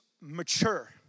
mature